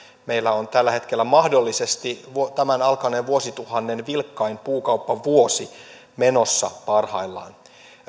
meillä on tällä hetkellä mahdollisesti tämän alkaneen vuosituhannen vilkkain puukauppavuosi menossa parhaillaan